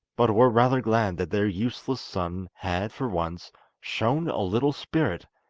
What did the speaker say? but were rather glad that their useless son had for once shown a little spirit,